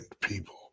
people